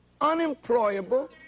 unemployable